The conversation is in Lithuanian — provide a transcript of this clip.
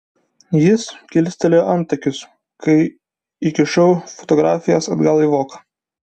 jis kilstelėjo antakius kai įkišau fotografijas atgal į voką